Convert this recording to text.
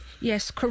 Yes